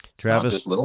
travis